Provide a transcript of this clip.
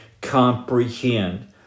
comprehend